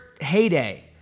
heyday